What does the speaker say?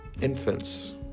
infants